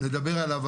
נדבר עליו,